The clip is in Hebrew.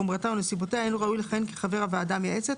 חומרתה או נסיבותיה אינו ראוי לכהן כחבר הוועדה המייעצת